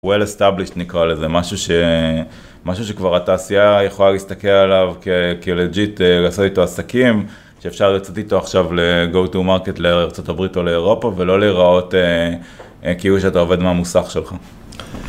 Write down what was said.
Well established נקרא לזה, משהו שכבר התעשייה יכולה להסתכל עליו כלג'יט, לעשות איתו עסקים שאפשר לצאת איתו עכשיו לGo to market לארה״ב או לאירופה ולא להיראות כאילו שאתה עובד מהמוסך שלך.